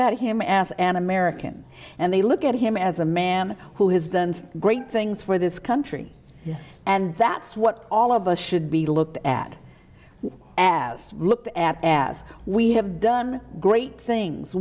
at him as an american and they look at him as a man who has done great things for this country and that's what all of us should be looked at as looked at as we have done great things